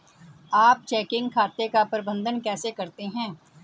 आप चेकिंग खाते का प्रबंधन कैसे करते हैं?